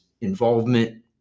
involvement